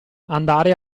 andare